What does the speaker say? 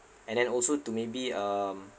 and then also to maybe um